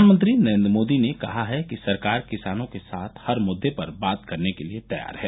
प्रधानमंत्री नरेन्द्र मोदी ने कहा है कि सरकार किसानों के साथ हर मुद्दे पर बात करने के लिए तैयार है